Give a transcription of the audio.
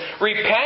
Repent